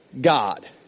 God